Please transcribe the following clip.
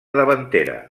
davantera